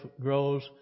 grows